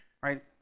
right